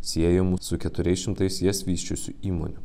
siejamų su keturiais šimtais jas vysčiusių įmonių